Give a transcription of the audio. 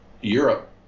Europe